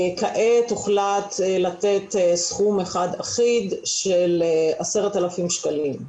כעת הוחלט לתת סכום אחד אחיד של 10,000 שקלים לאומן.